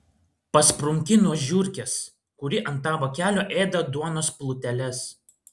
pasprunki nuo žiurkės kuri ant tavo kelio ėda duonos pluteles